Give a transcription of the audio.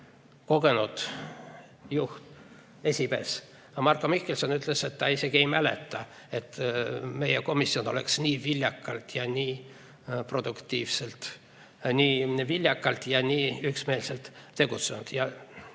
kogenud juht ja esimees Marko Mihkelson ütles, et ta isegi ei mäleta, et meie komisjon oleks nii viljakalt, nii produktiivselt ja nii üksmeelselt tegutsenud.